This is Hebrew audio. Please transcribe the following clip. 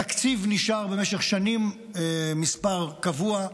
התקציב נשאר במשך שנים מספר קבוע,